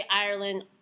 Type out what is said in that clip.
Ireland